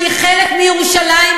שהיא חלק מירושלים,